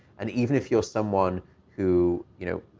and even if you're someone who, you know,